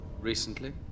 recently